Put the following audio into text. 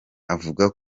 avuga